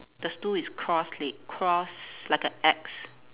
the stool is cross leg cross like a axe